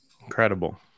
Incredible